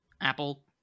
apple